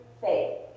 faith